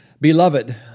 beloved